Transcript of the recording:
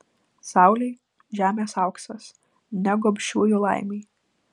saulei žemės auksas ne gobšiųjų laimei